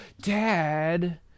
dad